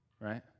right